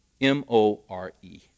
M-O-R-E